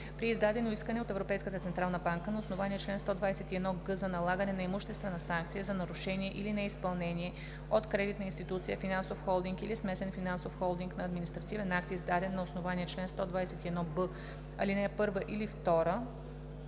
При издадено искане от ЕЦБ на основание чл. 121г за налагане на имуществена санкция за нарушение или неизпълнение от кредитна институция, финансов холдинг или смесен финансов холдинг на административен акт, издаден на основание чл. 121б, ал. 1 или 2,